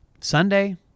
Sunday